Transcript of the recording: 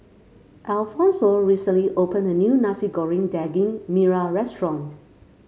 Alphonso recently opened a new Nasi Goreng Daging Merah Restaurant